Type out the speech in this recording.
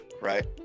right